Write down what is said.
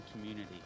community